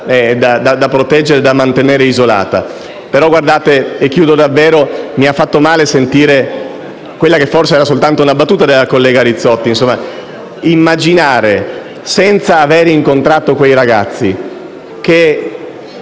da proteggere e mantenere isolata. Devo dire infine che mi ha fatto male sentire quella che forse era soltanto una battuta della collega Rizzotti: immaginare, senza aver incontrato quei ragazzi, che